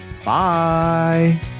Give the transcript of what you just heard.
Bye